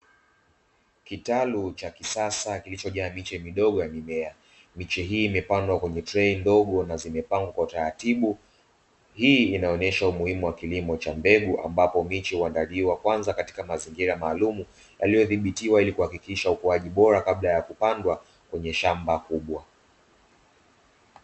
Kitalu cha kisasa kimejaa miche midogo, iliyopandwa kwenye trei ndogo na kupangwa kwa utaratibu. Hii huonyesha umuhimu wa kilimo cha mbegu, ambapo miche huandaliwa kwanza katika mazingira maalumu yaliyodhibitiwa, ili kuhakikisha ukuaji bora kabla ya kupandwa kwenye shamba kubwa.